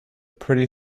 pretty